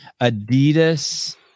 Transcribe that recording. Adidas